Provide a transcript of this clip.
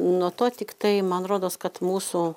nuo to tiktai man rodos kad mūsų